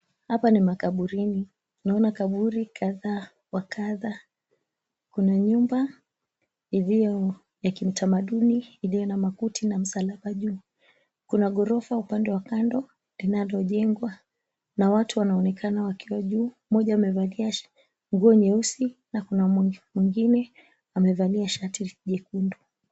Hapa ni makaburini. Naona kadha wa kadha kuna nyumba iliyo ya kiutamaduni iliyo na makuti na msalaba juu. Kuna gorofa upande wa kando linalojengwa, na watu wanaonekana wakiwa juu. Mmoja amevalia nguo nyeusi na kuna mwingine amevalia shati jekundu.